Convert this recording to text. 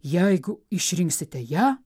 jeigu išrinksite ją